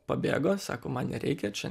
pabėgo sako man nereikia čia